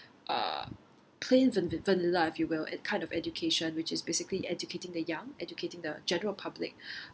uh plain van~ vanilla if you will the kind of education which is basically educating the young educating the general public